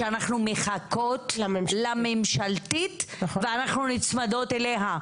שאנחנו מחכות לממשלתית, ואנחנו נצמדות אליה.